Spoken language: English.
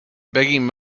begging